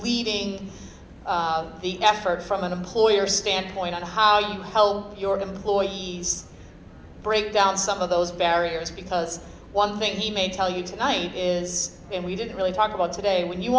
leading the effort from an employer standpoint on how you tell york employees break down some of those barriers because one thing he may tell you tonight is and we didn't really talk about today when you